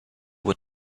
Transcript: were